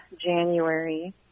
January